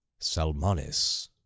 Salmonis